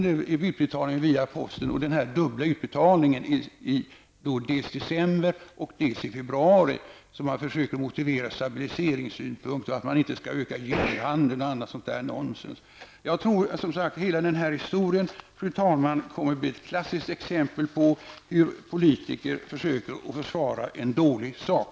Till det kommer utbetalningen via posten och den dubbla utbetalningen, dels i december, dels i februari, som man försöker motivera från stabiliseringssynpunkt och med att man inte skall öka julhandeln och annat nonsens. Jag tror som sagt att hela den här historien kommer att bli ett klassiskt exempel på hur politiker försöker försvara en dålig sak.